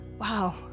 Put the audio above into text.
wow